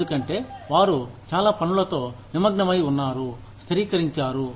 ఎందుకంటే వారు చాలా పనులతో నిమగ్నమై ఉన్నారు స్థిరీకరించారు